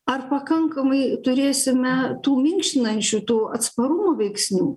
ar pakankamai turėsime tų minkštinančių tų atsparumo veiksnių